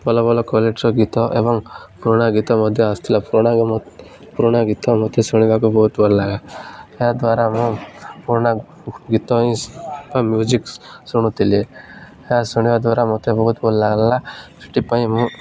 ଭଲ ଭଲ କ୍ଵାଲିଟିର ଗୀତ ଏବଂ ପୁରୁଣା ଗୀତ ମଧ୍ୟ ଆସଥିଲା ପୁରୁଣା ପୁରୁଣା ଗୀତ ମୋତେ ଶୁଣିବାକୁ ବହୁତ ଭଲ ଲାଗା ଏହାଦ୍ୱାରା ମୁଁ ପୁରୁଣା ଗୀତ ହିଁ ବା ମ୍ୟୁଜିକ୍ ଶୁଣୁଥିଲି ଏହା ଶୁଣିବା ଦ୍ୱାରା ମୋତେ ବହୁତ ଭଲ ଲାଗିଲା ସେଥିପାଇଁ ମୁଁ